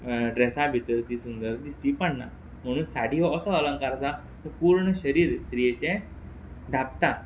ड्रॅसा भितर ती सुंदर दिश्टी पडणा म्हुणून साडी हो ओसो अलंकार आसा तो पूर्ण शरीर स्त्रीयेचें धापता